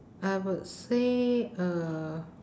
I would say uh